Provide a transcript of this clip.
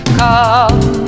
come